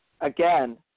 again